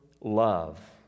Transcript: love